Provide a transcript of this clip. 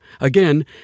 Again